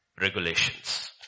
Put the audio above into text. regulations